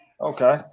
Okay